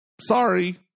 Sorry